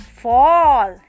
fall